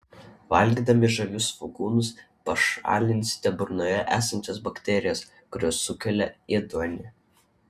valgydami žalius svogūnus pašalinsite burnoje esančias bakterijas kurios sukelia ėduonį